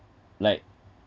like